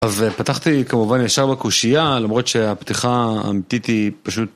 אז פתחתי כמובן ישר בקושייה למרות שהפתיחה האמיתית היא פשוט.